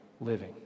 living